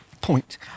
point